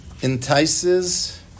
entices